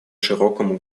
широкому